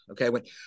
Okay